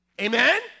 Amen